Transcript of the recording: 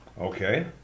okay